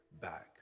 back